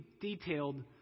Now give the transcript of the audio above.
detailed